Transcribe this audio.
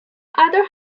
other